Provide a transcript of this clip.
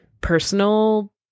personal